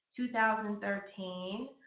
2013